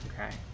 Okay